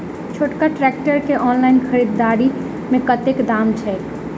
छोटका ट्रैक्टर केँ ऑनलाइन खरीददारी मे कतेक दाम छैक?